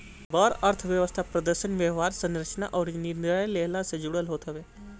बड़ अर्थव्यवस्था प्रदर्शन, व्यवहार, संरचना अउरी निर्णय लेहला से जुड़ल होत हवे